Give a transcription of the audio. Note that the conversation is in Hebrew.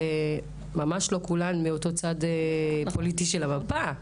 וממש לא כולם מאותו צד פוליטי של המפה.